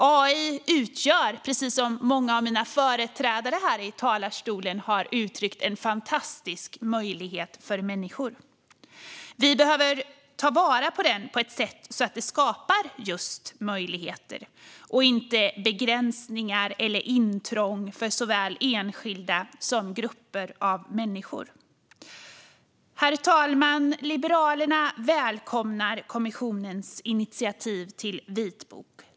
AI utgör, precis som många av mina företrädare i talarstolen har uttryckt, en fantastisk möjlighet för människor. Vi behöver ta vara på den på ett sätt så att den skapar just möjligheter och inte begränsningar eller intrång för såväl enskilda som grupper av människor. Herr talman! Liberalerna välkomnar kommissionens initiativ till vitbok.